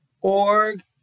.org